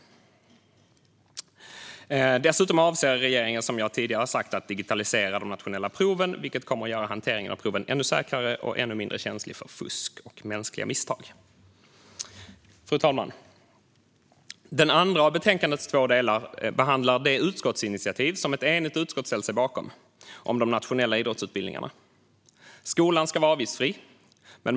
Dessutom avser regeringen, som jag tidigare sagt, att digitalisera de nationella proven, vilket kommer att göra hanteringen av proven ännu säkrare och ännu mindre känslig för fusk och mänskliga misstag. Fru talman! Den andra av betänkandets två delar behandlar det utskottsinitiativ som ett enigt utskott ställt sig bakom om de nationella idrottsutbildningarna. Skolan ska vara avgiftsfri.